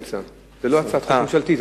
זו לא הצעת חוק ממשלתית.